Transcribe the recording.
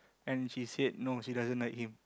and she said no she doesn't like him